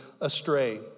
astray